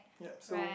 yup so